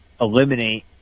eliminate